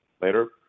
later